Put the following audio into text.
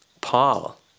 paul